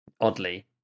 Oddly